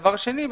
דבר שני,